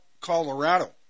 Colorado